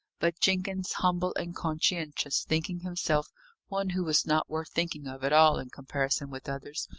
but jenkins, humble and conscientious, thinking himself one who was not worth thinking of at all in comparison with others,